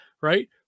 right